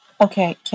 Okay